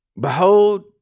Behold